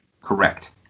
Correct